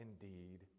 indeed